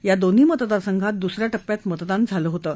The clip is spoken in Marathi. या दोन्ही मतदासंघात दुसऱ्या टप्प्यात मतदान झालं होतं